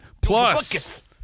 Plus